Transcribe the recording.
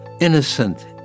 innocent